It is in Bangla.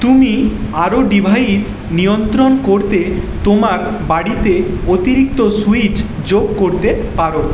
তুমি আরও ডিভাইস নিয়ন্ত্রণ করতে তোমার বাড়িতে অতিরিক্ত সুইচ যোগ করতে পার